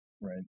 right